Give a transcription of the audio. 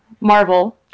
Marvel